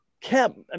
kept